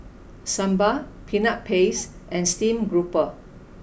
Sambal Peanut Paste and Steamed Grouper